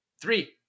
three